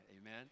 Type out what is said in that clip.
amen